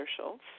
Schultz